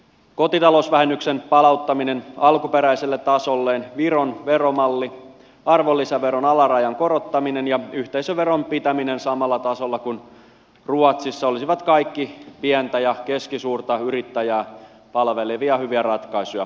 kotitalousvähennyksen palauttaminen alkuperäiselle tasolleen viron veromalli arvonlisäveron alarajan korottaminen ja yhteisöveron pitäminen samalla tasolla kuin ruotsissa olisivat kaikki pientä ja keskisuurta yrittäjää palvelevia hyviä ratkaisuja